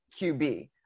QB